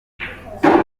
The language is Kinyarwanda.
hibanzwe